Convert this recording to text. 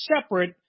separate